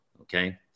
Okay